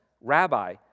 Rabbi